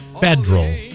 federal